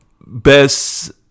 best